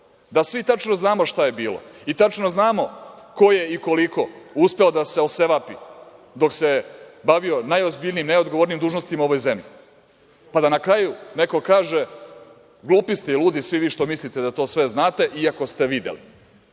da svi tačno znamo šta je bilo i tačno znamo ko je i koliko uspeo da se osevapi dok se bavio najozbiljnijim, najodgovornijim dužnostima u ovoj zemlji, pa da na kraju neko kaže – glupi ste i ludi ste svi vi što mislite da to sve znate, iako ste videli,